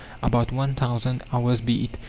about one thousand hours be it,